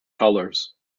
colours